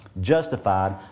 justified